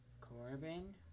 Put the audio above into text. Corbin